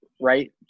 right